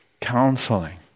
counseling